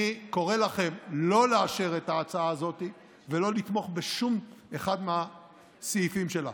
אני קורא לכם לא לאשר את ההצעה הזאת ולא לתמוך בשום אחד מהסעיפים שלה.